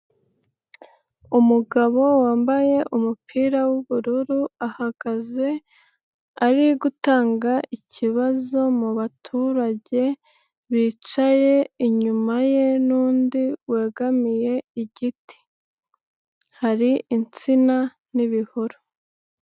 Umugabo wambaye umupira w'ubururu, ahagaze ari gutanga ikibazo mubaturage bicaye inyuma ye n'undi wegamiye igiti, hari insina n'ibihuru.